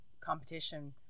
competition